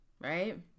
Right